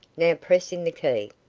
now press in the key.